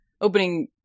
opening